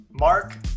Mark